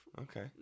Okay